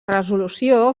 resolució